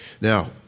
Now